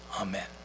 amen